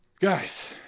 Guys